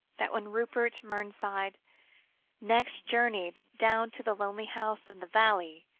that when rupert mernside next journeyed down to the lonely house in the valley,